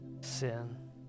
sin